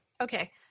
Okay